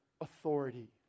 authority